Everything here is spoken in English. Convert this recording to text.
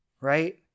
Right